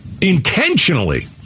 Intentionally